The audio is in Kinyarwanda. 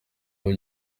ujya